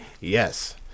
Yes